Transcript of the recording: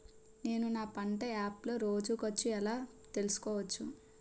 నేను నా పంట యాప్ లో రోజు ఖర్చు ఎలా తెల్సుకోవచ్చు?